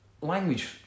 Language